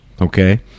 Okay